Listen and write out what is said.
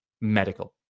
medical